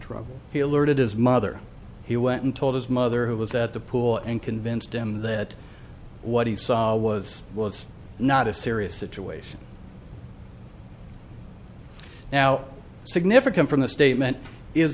trouble he alerted his mother he went and told his mother who was at the pool and convinced him that what he saw was well it's not a serious situation now significant from the statement is